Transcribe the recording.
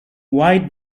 wide